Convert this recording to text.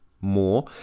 more